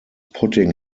putting